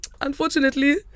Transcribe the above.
unfortunately